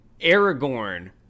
Aragorn